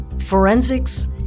Forensics